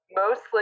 Mostly